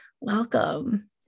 Welcome